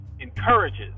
encourages